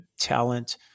talent